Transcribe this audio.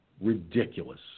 ridiculous